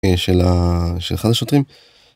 של ה... של אחד השוטרים.